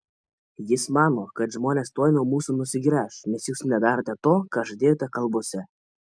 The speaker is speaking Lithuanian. jis mano kad žmonės tuoj nuo mūsų nusigręš nes jūs nedarote to ką žadėjote kalbose